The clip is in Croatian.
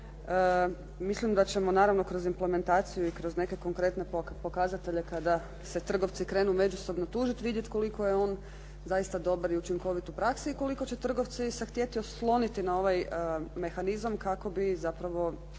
Mislim da ćemo naravno kroz implementaciju i kroz neke konkretne pokazatelje kada se trgovci krenu međusobno tužit vidjet koliko je on zaista dobar i učinkovit u praksi i koliko će trgovci se htjeti osloniti na ovaj mehanizam kako bi zapravo